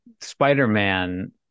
Spider-Man